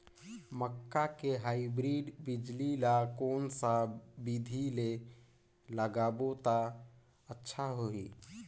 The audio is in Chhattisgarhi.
मक्का के हाईब्रिड बिजली ल कोन सा बिधी ले लगाबो त अच्छा होहि?